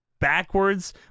backwards